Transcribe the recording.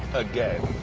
again.